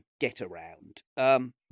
get-around